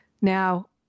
Now